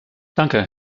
danke